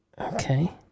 Okay